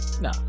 no